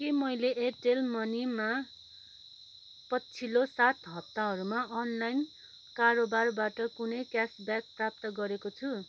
के मैले एयरटेल मनीमा पछिल्लो सात हप्ताहरूमा अनलाइन कारोबारबाट कुनै क्यासब्याक प्राप्त गरेको छु